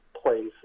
place